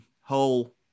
whole